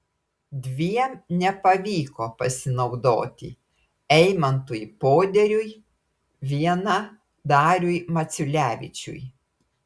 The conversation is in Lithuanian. dviem nepavyko pasinaudoti eimantui poderiui viena dariui maciulevičiui